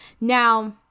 Now